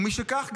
ומשכך,